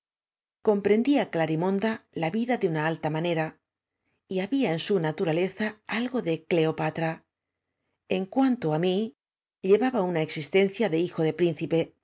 comprendía glari monda la vida de una alta manera y había en su naturaleza algo de cleopatra en cuanto á mí llevaba una existencia de hijo de príncipe